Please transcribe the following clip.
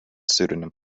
pseudonym